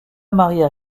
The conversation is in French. maria